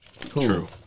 True